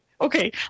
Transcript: okay